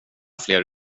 fler